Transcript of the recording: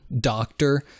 doctor